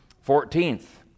Fourteenth